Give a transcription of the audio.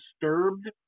disturbed